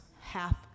half